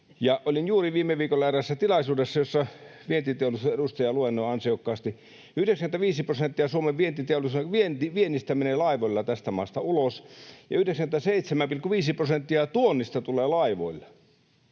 Olin juuri viime viikolla eräässä tilaisuudessa, jossa vientiteollisuuden edustaja luennoi ansiokkaasti. 95 prosenttia Suomen vientiteollisuuden viennistä menee laivoilla tästä maasta ulos, ja 97,5 prosenttia tuonnista tulee laivoilla.